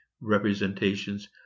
representations